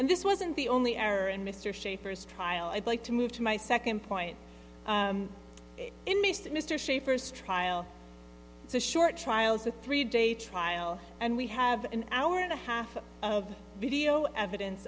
and this wasn't the only error and mr schaffer's trial i'd like to move to my second point in mr mr shaffer's trial so short trials a three day trial and we have an hour and a half of video evidence